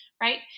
right